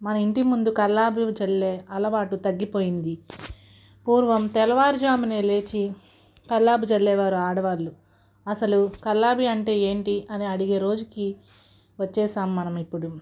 మన ఇంటి ముందు కల్లాపులు చల్లే అలవాటు తగ్గిపోయింది పూర్వం తెల్లవారుజామున లేచి కల్లాపు చల్లేవారు ఆడవాళ్ళు అసలు కల్లాపు అంటే ఏంటి అని అడిగే రోజుకి వచ్చేసాం మనం ఇప్పుడు